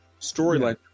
storyline